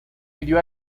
pidió